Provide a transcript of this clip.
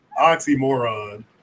oxymoron